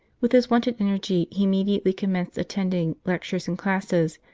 with his wonted energy, he immediately commenced attending lectures and classes,